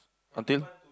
until